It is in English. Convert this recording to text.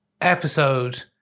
episode